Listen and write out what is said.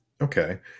Okay